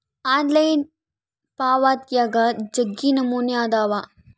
online ಪಾವಾತ್ಯಾಗ ಜಗ್ಗಿ ನಮೂನೆ ಅದಾವ